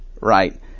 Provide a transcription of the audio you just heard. right